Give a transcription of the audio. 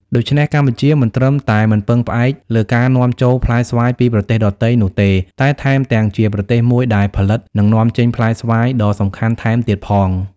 ដូច្នេះ កម្ពុជាមិនត្រឹមតែមិនពឹងផ្អែកលើការនាំចូលផ្លែស្វាយពីប្រទេសដទៃនោះទេ តែថែមទាំងជាប្រទេសមួយដែលផលិត និងនាំចេញផ្លែស្វាយដ៏សំខាន់ថែមទៀតផង។